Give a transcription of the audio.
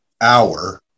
hour